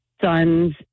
son's